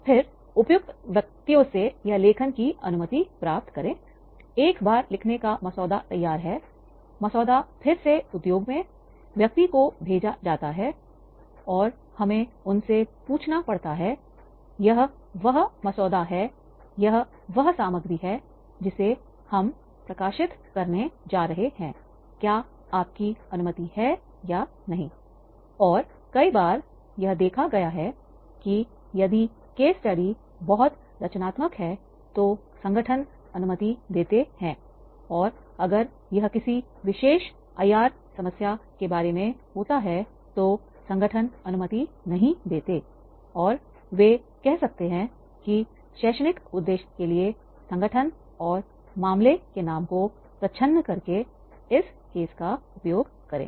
फिर उपयुक्त व्यक्तियों से यह लेखन की अनुमति प्राप्त करें एक बार लिखने का मसौदा तैयार है मसौदा फिर से उद्योग में व्यक्ति को भेजा जाता है और हमें उनसे पूछना पड़ता है यह वह मसौदा है यह वह सामग्री है जिसे हम प्रकाशित करने जा रहे हैं क्या आपकी अनुमति है या नहीं और कई बार यह देखा गया है कि यदि केस स्टडी बहुत रचनात्मक है तो संगठन अनुमति देते हैं और अगर यह किसी विशेष आईआर समस्या के बारे में होता है तो संगठन अनुमति नहीं देते और वे कह सकते हैं कि शैक्षणिक उद्देश्य के लिए संगठन और मामले के नाम को प्रच्छन्न करके इस मामले का उपयोग करें